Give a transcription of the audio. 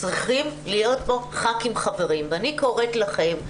צריכים להיות פה ח"כים חברים ואני קוראת לכם,